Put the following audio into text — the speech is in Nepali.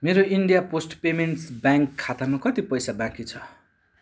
मेरो इन्डिया पोस्ट पेमेन्ट्स ब्याङ्क खातामा कति पैसा बाँकी छ